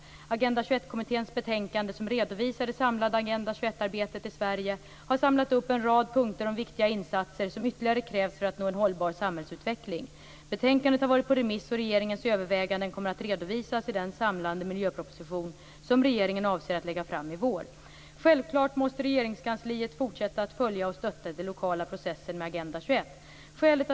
Agenda 21-kommitténs betänkande, som redovisar det samlande Agenda 21-arbetet i Sverige, har samlat upp en rad punkter om viktiga insatser som ytterligare krävs för att nå en hållbar samhällsutveckling. Betänkandet har varit ute på remiss och regeringens överväganden kommer att redovisas i den samlade miljöproposition som regeringen avser att lägga fram i vår. Självfallet måste Regeringskansliet fortsätta att följa och stötta den lokala processen med Agenda 21.